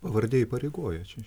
pavardė įpareigoja čia